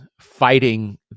fighting